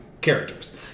characters